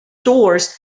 stores